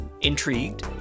Intrigued